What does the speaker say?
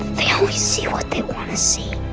they only see what they want to see.